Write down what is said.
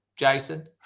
Jason